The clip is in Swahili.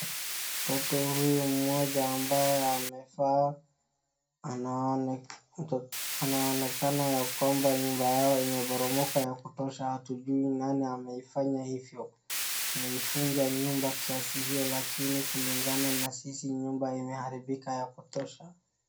Mtoto huyu ambaye amevaa anaonekana ya kwamba nyumba yao imeporomoka ya kutosha hatujui ni nani ameifanya hivyo ameivunja nyumba kiasi lakini kulingana na sisi nyumba imeharibika ya kutosha.